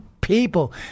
people